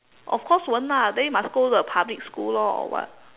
of course won't ah then you must go the public school lor or what